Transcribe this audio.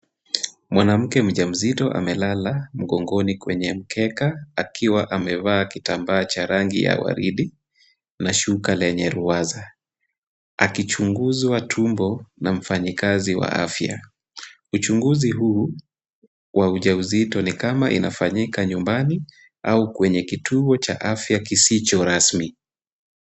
Mwanamke mjaa mzito amelala mgongoni kwenye mkeka akiwa amevaa kitaambaa cha rangi ya waridi na shuka lenye ruwaza akichunguzwa tumbo na mfanyikazi wa afya. Uchunguzi huu wa uja uzito ni kama inafanyika nyumbani au kwenye kituo cha afya kisicho rasmi.